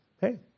hey